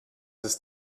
ist